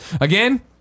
again